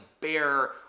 bare